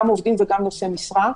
גם עובדים וגם נושאי משרה.